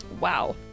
wow